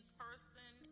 person